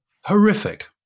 horrific